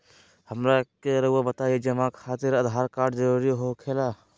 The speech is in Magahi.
हमरा के रहुआ बताएं जमा खातिर आधार कार्ड जरूरी हो खेला?